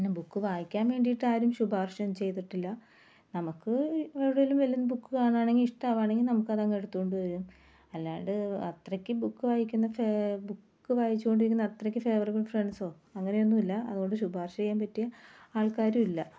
പിന്നെ ബുക്ക് വായിക്കാന് വേണ്ടിയിട്ട് ആരും ശുപാര്ശ ഒന്നും ചെയ്തിട്ടില്ല നമുക്ക് എവിടെയെങ്കിലും വല്ല ബുക്ക് കാണുവാണെങ്കിൽ ഇഷ്ടം ആവുവാണെങ്കിൽ നമുക്ക് അതങ്ങ് എടുത്തുകൊണ്ട് വരും അല്ലാണ്ട് അത്രയ്ക്ക് ബുക്ക് വായിക്കുന്ന ഫേ ബുക്ക് വായിച്ചുകൊണ്ടിരുന്ന അത്രയ്ക്ക് ഫേവറബിള് ഫ്രണ്ട്സോ അങ്ങനെയൊന്നുമില്ല അതുകൊണ്ട് ശുപാര്ശ ചെയ്യാന് പറ്റിയ ആള്ക്കാരുമില്ല